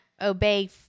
obey